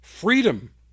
freedom